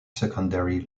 secondary